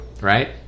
right